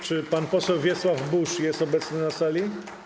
Czy pan poseł Wiesław Buż jest obecny na sali?